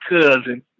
cousin